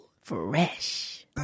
Fresh